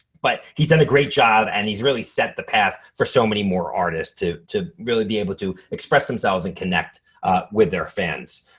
but he's done a great job and he's really set the path for so many more artists to to really be able to express themselves and connect with their fans.